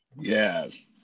Yes